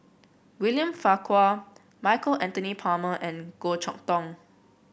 William Farquhar Michael Anthony Palmer and Goh Chok Tong